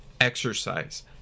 exercise